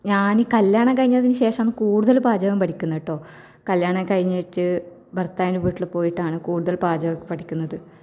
ഞാൻ ഈ കല്യാണം കഴിഞ്ഞതിന് ശേഷമാണ് കൂടുതൽ പാചകം പഠിക്കുന്നത് കേട്ടോ കല്യാണം കഴിഞ്ഞിട്ട് ഭർത്താവിൻ്റെ വീട്ടിൽ പോയിട്ടാണ് കൂടുതൽ പാചകമൊക്കെ പഠിക്കുന്നത്